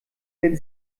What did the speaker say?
wenn